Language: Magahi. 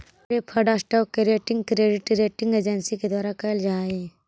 प्रेफर्ड स्टॉक के रेटिंग क्रेडिट रेटिंग एजेंसी के द्वारा कैल जा हइ